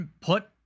put